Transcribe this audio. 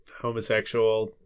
homosexual